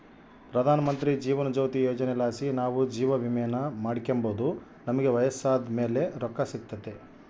ಪ್ರಧಾನಮಂತ್ರಿ ಜೀವನ ಜ್ಯೋತಿ ಯೋಜನೆಲಾಸಿ ನಾವು ಜೀವವಿಮೇನ ಮಾಡಿಕೆಂಬೋದು ನಮಿಗೆ ವಯಸ್ಸಾದ್ ಮೇಲೆ ರೊಕ್ಕ ಸಿಗ್ತತೆ